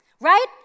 Right